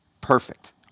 Perfect